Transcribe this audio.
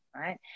right